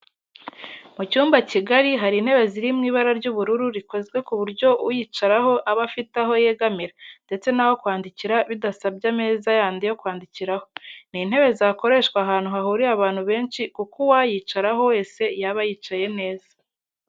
Mu cyumba kigari hari intebe ziri mu ibara ry'ubururu zikozwe ku buryo uyicayeho aba afite aho yegamira ndetse n'aho kwandikira bidasabye ameza yandi yo kwandikiraho. Ni intebe zakoreshwa ahantu hahuriye abantu benshi kuko uwayicaraho wese yaba yicaye neza.